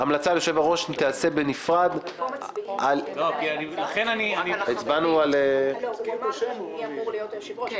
המלצה על יושב-הראש תיעשה בנפרד --- הוא אמר מי אמור להיות היושב-ראש,